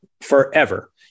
forever